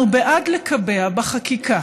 אנחנו בעד לקבע בחקיקה